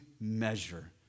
measure